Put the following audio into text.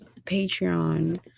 patreon